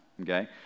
okay